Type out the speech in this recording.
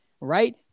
right